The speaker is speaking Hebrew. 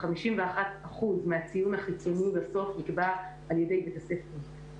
ו-51% מהציון החיצוני בסוף נקבע על ידי בית הספר.